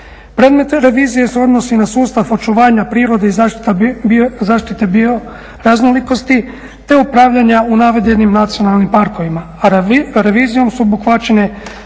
Predmet revizije se odnosi na sustav očuvanja prirode i zaštite bioraznolikosti te upravljanja u navedenim nacionalnim parkovima, a revizijom su obuhvaćena